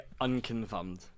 unconfirmed